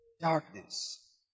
Darkness